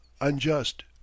unjust